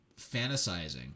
fantasizing